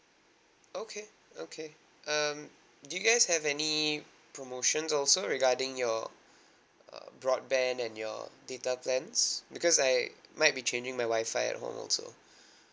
okay okay um do you guys have any promotions also regarding your uh broadband and your data plans because I might be changing my wi-fi at home also